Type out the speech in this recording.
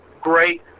great